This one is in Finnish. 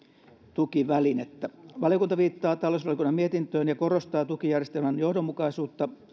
tukivälinettä valiokunta viittaa talousvaliokunnan mietintöön ja korostaa tukijärjestelmän johdonmukaisuutta